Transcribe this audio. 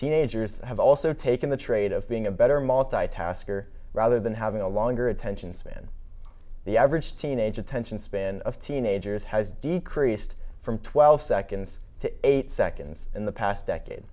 teenagers have also taken the trade of being a better multitasker rather than having a longer attention span the average teenage attention span of teenagers has decreased from twelve seconds to eight seconds in the past decade